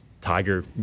Tiger